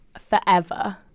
forever